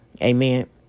Amen